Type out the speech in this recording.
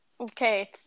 Okay